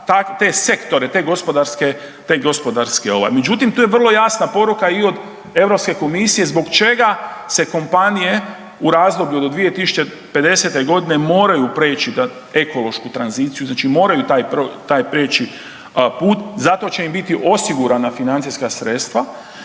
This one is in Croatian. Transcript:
te sektore, te gospodarske ovaj, međutim, tu je vrlo jasna poruka i od EU komisije zbog čega se kompanije u razdoblju do 2050. g. moraju preći na ekološku tranziciju, znači moraju taj prijeći put, zato će im biti osigurana financijska sredstva